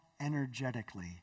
energetically